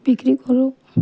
বিক্ৰী কৰোঁ